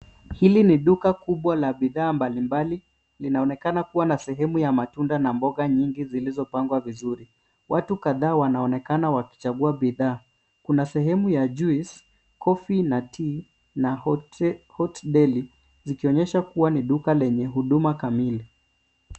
Hili ni duka kubwa la bidhaa mbalimbali linaonekana kuwa na sehemu ya matunda na mboga nyingi zilizopangwa vizuri watu kadhaa wanaonekana wakichagua bidhaa kuna sehemu ya juice coffee na tea na hoteli sikionyesha kuwa ni duka lenye huduma kamili.